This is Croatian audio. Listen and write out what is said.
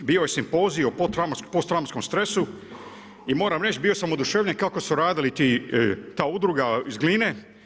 Bio je simpozij o posttraumatskom stresu i moram reći, bio sam oduševljen kako je radila ta udruga iz Gline.